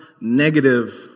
negative